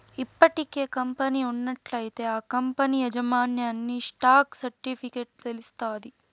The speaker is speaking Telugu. ఇప్పటికే కంపెనీ ఉన్నట్లయితే ఆ కంపనీ యాజమాన్యన్ని స్టాక్ సర్టిఫికెట్ల తెలస్తాది